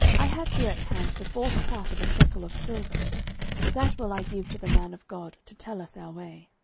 i have here at hand the fourth part of a shekel of silver that will i give to the man of god, to tell us our way.